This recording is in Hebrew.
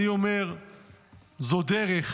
אני אומר שזו דרך,